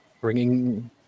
Bringing